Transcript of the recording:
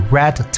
Red